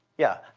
yeah.